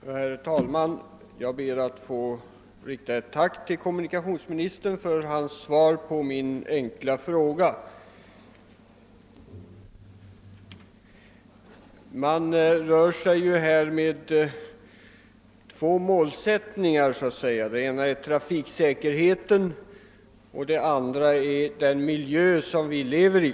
Herr talman! Jag ber att få rikta ett tack till kommunikationsministern för hans svar på min enkla fråga. Det rör sig ju här om två målsättningar. Den ena är trafiksäkerheten och den andra är den miljö vi lever i.